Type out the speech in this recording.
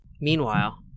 meanwhile